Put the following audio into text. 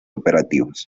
operativos